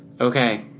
Okay